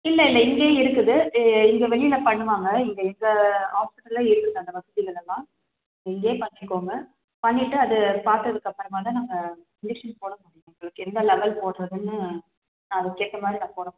இல்லை இல்லை இங்கே இருக்குது இங்கே வெளியில் பண்ணுவாங்க இங்கே எங்கே ஹாஸ்பிட்டலில் இருக்குது அந்த வசதிகள் எல்லாம் இங்கே பண்ணிக்கோங்க பண்ணிவிட்டு அதை பார்த்ததுக்கு அப்புறமா தான் நாங்கள் இன்ஜெக்ஷன் போட முடியும் உங்களுக்கு என்ன லெவல் போடுறதுன்னு அதுக்கேற்ற மாதிரி நான் போட முடியும்